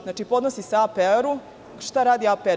Znači, podnosi se APR. Šta radi APR?